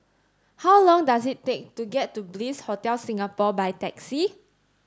how long does it take to get to Bliss Hotel Singapore by taxi